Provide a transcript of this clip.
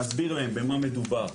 באמת, להסביר להם במה מדובר.